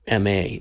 MA